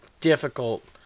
difficult